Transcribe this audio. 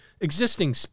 existing